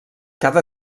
cada